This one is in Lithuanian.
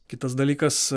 kitas dalykas